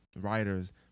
writers